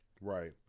Right